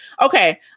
okay